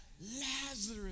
Lazarus